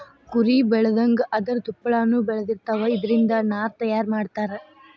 ಕುರಿ ಬೆಳದಂಗ ಅದರ ತುಪ್ಪಳಾನು ಬೆಳದಿರತಾವ, ಇದರಿಂದ ನಾರ ತಯಾರ ಮಾಡತಾರ